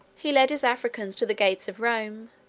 he led his africans to the gates of rome,